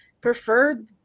preferred